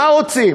השאלה,